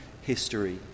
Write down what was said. history